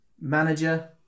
manager